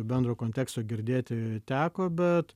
bendro konteksto girdėti teko bet